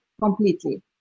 completely